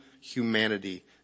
humanity